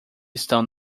estão